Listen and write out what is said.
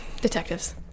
Detectives